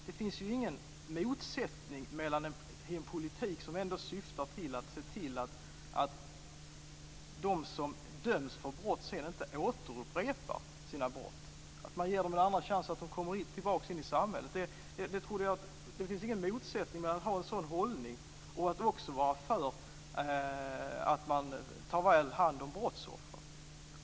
Det finns ingen motsättning mellan en politik som syftar till att se till att de som döms för brott sedan inte återupprepar brotten - de ges en andra chans att komma tillbaka in i samhället - och att vara för att ta väl hand om brottsoffer.